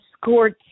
scored